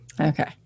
Okay